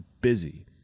busy